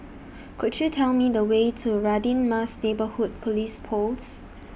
Could YOU Tell Me The Way to Radin Mas Neighbourhood Police Post